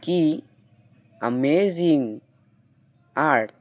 কি আমেজিং আর্থ